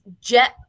jet